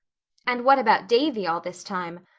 and what about davy all this time?